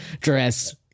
dress